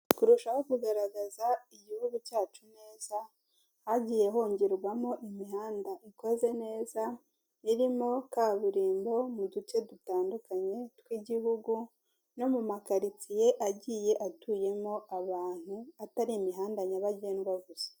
Kurushaho kugaragara igihugu cyacu neza, hagiye hongerwa mo imihanda ikoze neza, irimo kaburimbo mu duce dutandukanye tw'igihugu, no mu makaritsiye agiye atuyemo abantu atari imihanda nyabagendwa gusa.